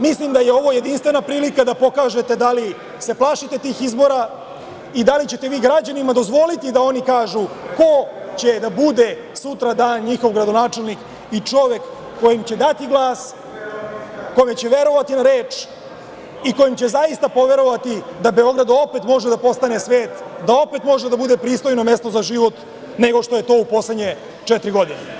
Mislim da je ovo jedinstvena prilika da pokažete da li se plašite tih izbora i da li ćete vi građanima dozvoliti da oni kažu ko će da bude sutradan njihov gradonačelnik i čovek kojem će dati glas, kome će verovati na reč i kojem će zaista poverovati da Beograd opet može da postane svet, da opet može da bude pristojno mesto za život, nego što je to u poslednje četiri godine.